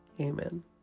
Amen